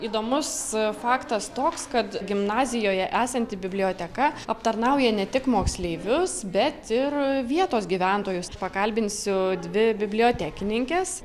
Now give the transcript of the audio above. įdomus faktas toks kad gimnazijoje esanti biblioteka aptarnauja ne tik moksleivius bet ir vietos gyventojus pakalbinsiu dvi bibliotekininkes